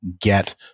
get